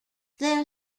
their